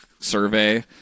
survey